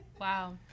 wow